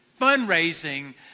fundraising